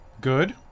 good